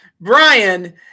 Brian